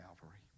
Calvary